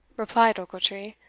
replied ochiltree,